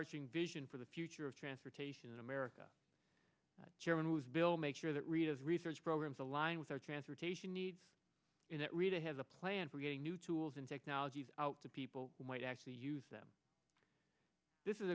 overarching vision for the future of transportation in america chairman who's bill make sure that readers research programs align with our transportation needs and that really has a plan for getting new tools and technology out to people who might actually use them this is